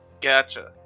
Gotcha